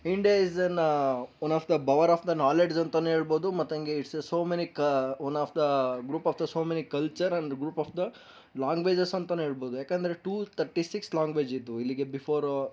India is an a one of the power of the knowledge ಅಂತಲೂ ಹೇಳ್ಬೋದು ಮತ್ತಂಗೆ it's so many ಕ one of the group of the so many culture and group of the languages ಅಂತಲೂ ಹೇಳ್ಬೋದು ಏಕೆಂದರೆ two thirty six language ಇತ್ತು ಇಲ್ಲಿಗೆ before